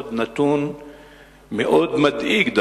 עוד נתון מאוד מדאיג,